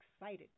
excited